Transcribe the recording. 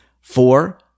Four